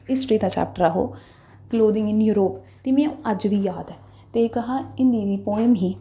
history दा chapter हा ओह् कलोदिंग इंन यूरोप ते मिं अज्ज बी याद ऐ ते हिंदी दी पोइम ही